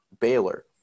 Baylor